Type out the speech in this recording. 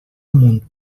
amunt